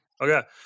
okay